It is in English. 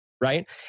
right